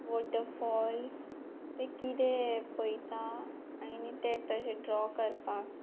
waterfall तें किदें पयता आनी तें तशें ड्रॉ करपाक